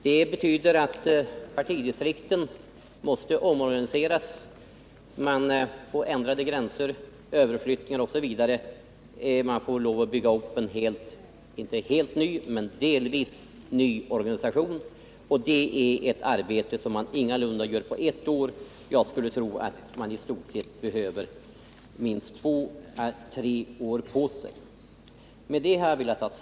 Det betyder att partidistrikten måste omorganiseras, att gränserna måste ändras, personal överflyttas osv. Man får alltså lov att bygga upp en delvis ny organisation, och det är ett arbete som ingalunda klaras på ett år. Jag skulle tro att man behöver minst två kanske tre år på sig för detta.